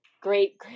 great